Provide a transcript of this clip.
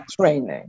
training